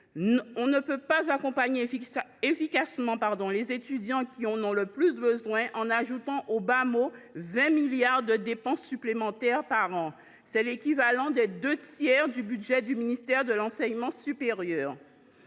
On ne peut pas accompagner efficacement les étudiants qui en ont le plus besoin, en ajoutant au bas mot 20 milliards d’euros de dépenses par an, soit deux tiers du budget du ministère de l’enseignement supérieur